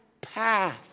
path